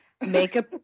makeup